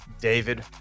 david